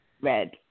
red